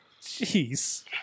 Jeez